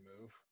move